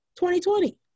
2020